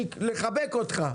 תודה רבה.